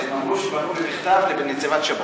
הם אמרו שפנו במכתב לנציבת שב"ס.